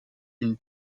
une